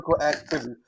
activity